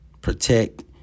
protect